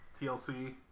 TLC